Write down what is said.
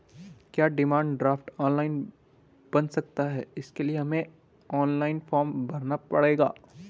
क्या demand draft online बन सकता है इसके लिए हमें ऑनलाइन फॉर्म भरना पड़ेगा?